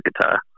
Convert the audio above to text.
guitar